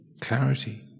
clarity